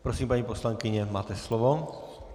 Prosím, paní poslankyně, máte slovo.